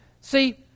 See